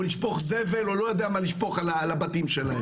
לשפוך זבל או לא יודע מה לשפוך על הבתים שלהם.